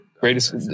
Greatest